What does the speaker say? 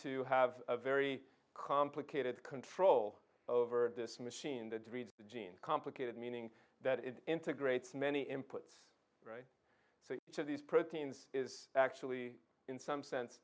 to have a very complicated control over this machine that reads the gene complicated meaning that it integrates many inputs to these proteins is actually in some sense